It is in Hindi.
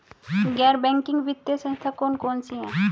गैर बैंकिंग वित्तीय संस्था कौन कौन सी हैं?